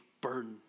burden